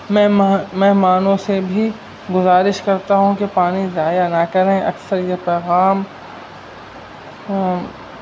میں میں مہمانوں سے بھی گزارش کرتا ہوں کہ پانی ضائع نہ کریں اکثر یہ پیغام